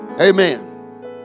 Amen